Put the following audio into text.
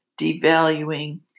devaluing